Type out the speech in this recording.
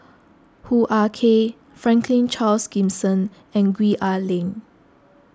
Hoo Ah Kay Franklin Charles Gimson and Gwee Ah Leng